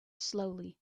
slowly